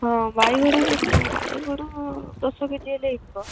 ହଁ ବାଇଗଣ ବାଇଗଣ ଦଶ କେ ଜି ହେଲେ ହେଇଯିବ